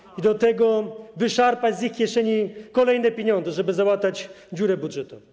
Skandal! ...i do tego wyszarpać z ich kieszeni kolejne pieniądze, żeby załatać dziurę budżetową.